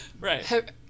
Right